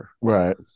Right